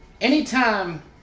anytime